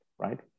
right